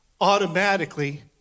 automatically